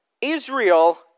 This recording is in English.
Israel